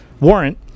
warrant